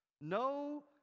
No